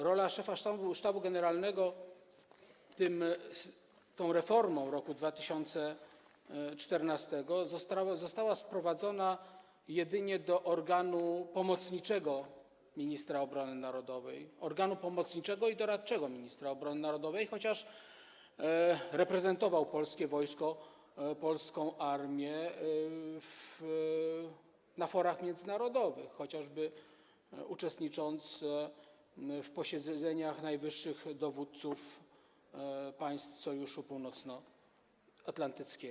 Rola szefa Sztabu Generalnego reformą z roku 2014 została sprowadzona jedynie do roli organu pomocniczego ministra obrony narodowej, organu pomocniczego i doradczego ministra obrony narodowej, chociaż reprezentował polskie wojsko, polską armię na forach międzynarodowych, chociażby uczestnicząc w posiedzeniach najwyższych dowódców państw Sojuszu Północnoatlantyckiego.